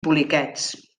poliquets